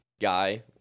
guy